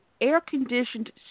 air-conditioned